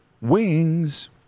wings